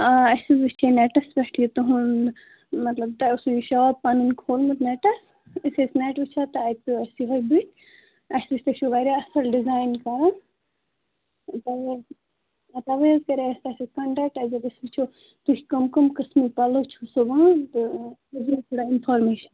اَسہِ حظ وٕچھاے نٮ۪ٹس پٮ۪ٹھ یہِ تُہنٛد مطلب تۄہہِ اوسوٕ یہِ شاپ پنُن کھولمُت نٮ۪ٹس أسۍ ٲسۍ نٮ۪ٹ وٕچھان تہٕ اَتہِ اوس یِہَے بٕتھ اَسہِ وُچھ تۄہہِ چُھو وارِیاہ اصٕل ڈِزایِن کَران توے حظ کَراے اَسہِ تۄہہِ سۭتۍ کنٹکٹ اَسہِ دوٚپ أسۍ وٕچھو تُہۍ کٕمۍ کٕمۍ قٕسمٕکۍ پَلو چھو سُوان تہٕ مےٚ دِیِو تھوڑا اِنفارمیٚشن